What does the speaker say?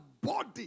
body